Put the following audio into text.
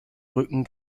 rücken